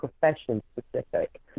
profession-specific